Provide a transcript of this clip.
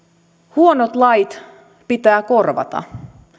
huonot lait pitää korvata